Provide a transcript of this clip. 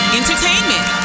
entertainment